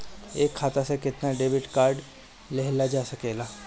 एक खाता से केतना डेबिट कार्ड लेहल जा सकेला?